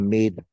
Made